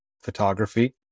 photography